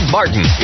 Martin